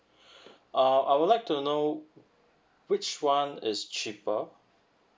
uh I would like to know which one is cheaper